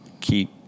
keep